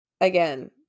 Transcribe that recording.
again